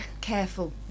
careful